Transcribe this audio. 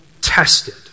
tested